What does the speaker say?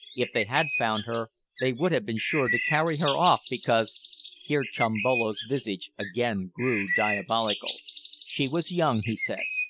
if they had found her they would have been sure to carry her off, because here chimbolo's visage again grew diabolical she was young, he said,